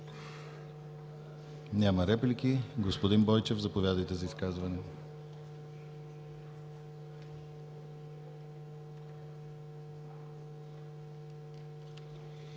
Няма. Господин Бойчев, заповядайте за изказване.